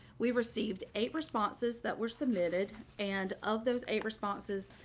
we received eight responses that were submitted. and of those eight responses,